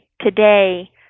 today